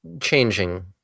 changing